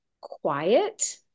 quiet